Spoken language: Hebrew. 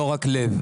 לא רק לב.